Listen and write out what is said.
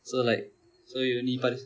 so like so you only parves